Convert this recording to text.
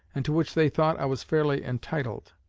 and to which they thought i was fairly entitled.